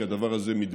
כי הדבר הזה מתבקש.